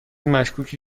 مشکوکی